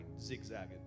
zigzagging